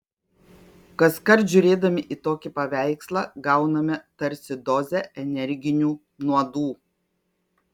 kaskart žiūrėdami į tokį paveikslą gauname tarsi dozę energinių nuodų